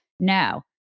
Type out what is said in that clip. No